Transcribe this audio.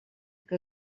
que